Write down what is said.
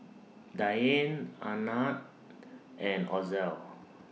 Dianne Arnett and Ozell